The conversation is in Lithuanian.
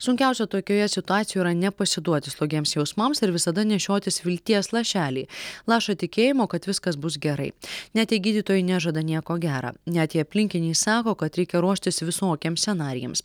sunkiausia tokioje situacijoje yra nepasiduoti slogiems jausmams ir visada nešiotis vilties lašelį lašą tikėjimo kad viskas bus gerai net jei gydytojai nežada nieko gera net jei aplinkiniai sako kad reikia ruoštis visokiems scenarijams